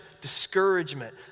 discouragement